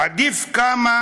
עדיף כמה